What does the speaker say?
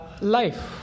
life